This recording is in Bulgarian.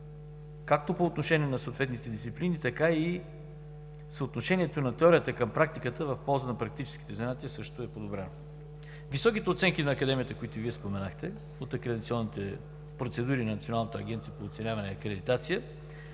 както по отношение на съответните дисциплини, така и съотношението на теорията към практиката в полза на практическите занятия също е подобрено. Високите оценки на Академията от Националната агенция по оценяване и акредитация,